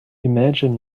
imagine